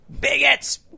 bigots